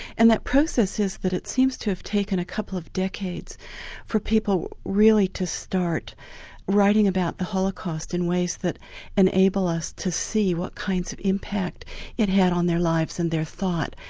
and that process is that it seems to have taken a couple of decades for people really to start writing about the holocaust in ways that enable us to see what kinds of impact it had on their lives and their thought.